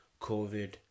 COVID